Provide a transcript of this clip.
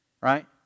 right